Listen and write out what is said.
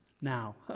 Now